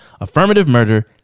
AffirmativeMurder